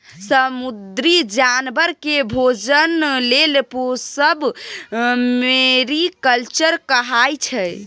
समुद्री जानबर केँ भोजन लेल पोसब मेरीकल्चर कहाइ छै